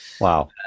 Wow